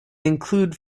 include